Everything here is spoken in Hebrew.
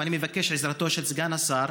ואני מבקש את עזרתו של סגן השר,